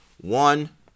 one